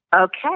Okay